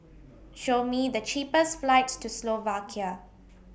Show Me The cheapest flights to Slovakia